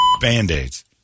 Band-Aids